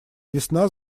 весна